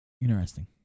Interesting